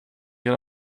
kan